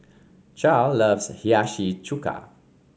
Charle loves Hiyashi Chuka